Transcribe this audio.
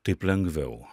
taip lengviau